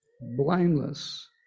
blameless